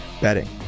betting